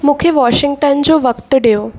मूंखे वॉशिंग्टन जो वक़्त ॾियो